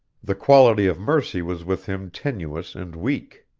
the quality of mercy was with him tenuous and weak.